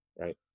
right